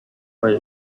para